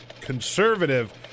conservative